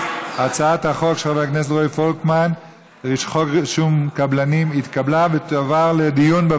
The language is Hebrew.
ההצעה להעביר את הצעת חוק רישום קבלנים לעבודות הנדסה בנאיות (תיקון,